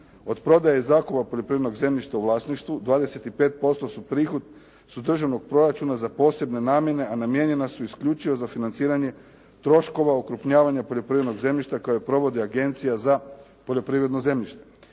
Od prodaje zakupa poljoprivrednog zemljišta u vlasništvu 25% su prihodi državnog proračuna za posebne namjene, a namijenjena su isključivo za financiranje troškova okrupnjavanja poljoprivrednog zemljišta koje provodi Agencija za poljoprivredno zemljište.